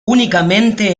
únicamente